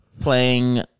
playing